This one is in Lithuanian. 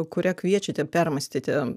kurią kviečiate permąstyti